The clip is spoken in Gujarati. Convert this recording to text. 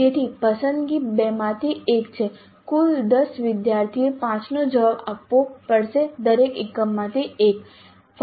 તેથી પસંદગી 2 માંથી 1 છે કુલ 10 વિદ્યાર્થીએ 5 નો જવાબ આપવો પડશે દરેક એકમમાંથી 1